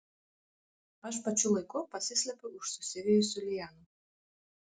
aš pačiu laiku pasislepiu už susivijusių lianų